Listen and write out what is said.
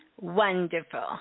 Wonderful